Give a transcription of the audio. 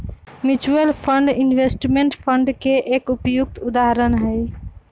mutual fund investment fund के एक उपयुक्त उदाहरण हई